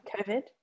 COVID